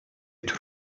tür